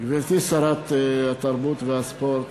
גברתי שרת התרבות והספורט,